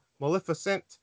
Maleficent